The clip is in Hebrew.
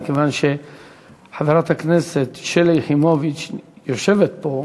מכיוון שחברת הכנסת שלי יחימוביץ יושבת פה,